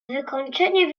wykończenie